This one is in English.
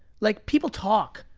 like people talk.